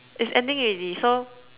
it's ending already so